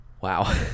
wow